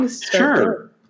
Sure